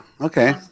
Okay